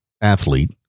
athlete